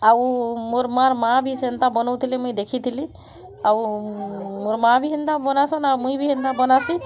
ଆଉ ମୋର୍ ମୋର୍ ମା' ଭି ସେନ୍ତା ବନଉଥିଲେ ମୁଇଁ ଦେଖିଥିଲିଁ ଆଉ ମୋର୍ ମା' ଭି ହେନ୍ତା ବନାଏସନ୍ ଆଉ ମୁଇଁ ଭି ହେନ୍ତା ବନାଏସିଁ